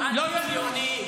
אני לא מדבר